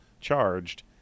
charged